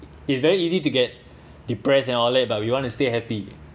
it's very easy to get depressed and all that but we want to stay happy